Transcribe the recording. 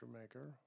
maker